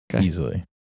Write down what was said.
easily